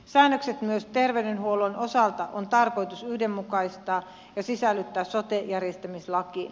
säännökset myös terveydenhuollon osalta on tarkoitus yhdenmukaistaa ja sisällyttää sote järjestämislakiin